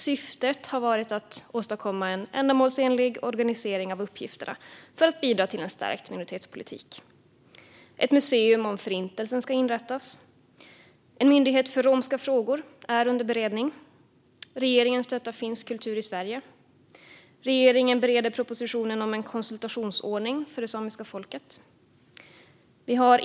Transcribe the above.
Syftet har varit att åstadkomma en ändamålsenlig organisering av uppgifterna för att bidra till en stärkt minoritetspolitik. Ett museum om Förintelsen ska inrättas. En myndighet för romska frågor är under beredning. Regeringen stöttar finsk kultur i Sverige. Regeringen bereder propositionen om en konsultationsordning för det samiska folket.